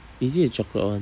is it the chocolate one